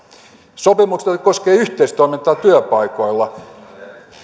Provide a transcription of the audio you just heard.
sopimukset jotka koskevat yhteistoimintaa työpaikoilla